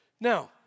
Now